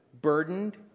burdened